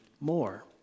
more